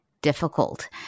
difficult